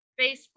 Facebook